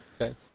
Okay